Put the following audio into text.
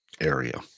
area